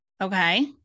okay